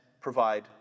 provide